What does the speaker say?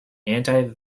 anti